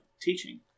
teaching